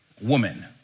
woman